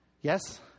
Yes